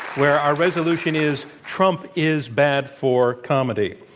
where our resolution is trump is bad for comedy.